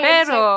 Pero